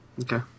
Okay